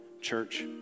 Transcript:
church